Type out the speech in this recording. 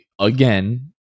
again